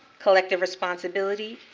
collective responsibility,